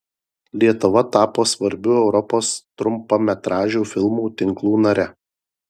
lietuva tapo svarbių europos trumpametražių filmų tinklų nare